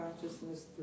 consciousness